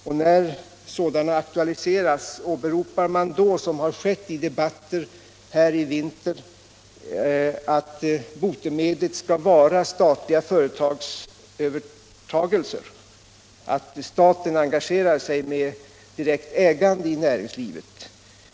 När frågor om alternativ aktualiseras, åberopar ni då — vilket skett i debatter under vintern — att botemedlet skall vara statliga företagsövertaganden och att staten skall engagera sig i näringslivet med direkt ägande?